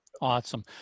Awesome